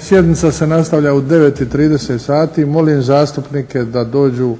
Sjednica se nastavlja u 9 i 30 sati. Molim zastupnike da dođu